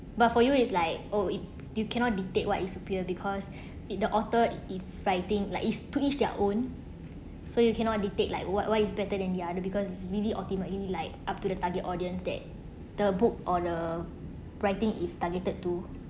but for you is like oh you cannot dictate what is superior because it the author is writing like is to each their own so you cannot dictate like what what is better than the other because it really ultimately like up to the target audience that the book or the writing is targeted to